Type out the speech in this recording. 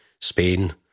Spain